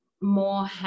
more